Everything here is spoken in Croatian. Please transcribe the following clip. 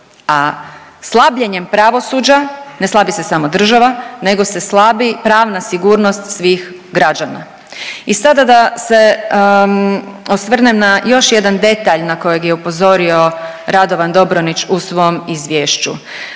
a slabljenjem pravosuđa ne slabi se samo država nego se slabi pravna sigurnost svih građana. I sada da se osvrnem na još jedan detalj na kojeg je upozorio Radovan Dobronić u svom izvješću.